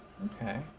Okay